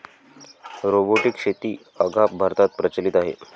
robotic शेती अद्याप भारतात प्रचलित नाही